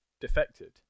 defected